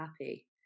happy